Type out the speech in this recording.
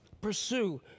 Pursue